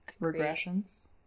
Regressions